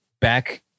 back